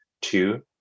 Two